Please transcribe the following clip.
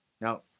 Now